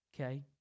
Okay